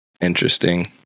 interesting